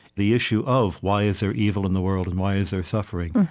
the issue of why is there evil in the world, and why is there suffering,